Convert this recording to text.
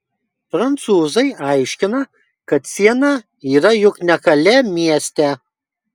prancūzai aiškina kad siena yra juk ne kalė mieste